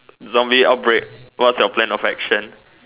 zombie outbreak what's your plan of action